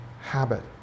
habit